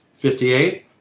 58